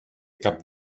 cap